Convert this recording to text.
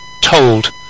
told